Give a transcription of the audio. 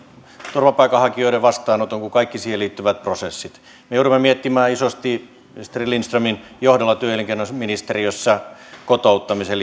turvapaikanhakijoiden vastaanoton kuin kaikki siihen liittyvät prosessit me joudumme miettimään isosti ministeri lindströmin johdolla työ ja elinkeinoministeriössä kotouttamiseen